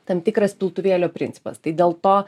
tam tikras piltuvėlio principas tai dėl to